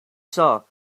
saw